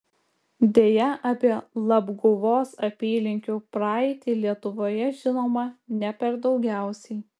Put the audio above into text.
deja apie labguvos apylinkių praeitį lietuvoje žinoma ne per daugiausiai